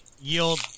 Yield